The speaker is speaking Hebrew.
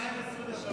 מיליארד שקלים,